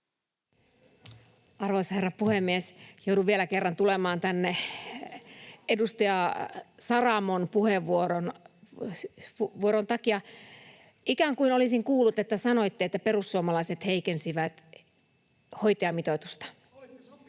Arvoisa herra puhemies! Joudun vielä kerran tulemaan tänne edustaja Saramon puheenvuoron takia. Ikään kuin olisin kuullut, että sanoitte, että perussuomalaiset heikensivät hoitajamitoitusta.